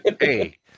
hey